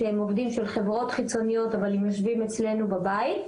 הם עובדים של חברות חיצוניות אבל הם יושבים אצלנו בבית,